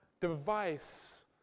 device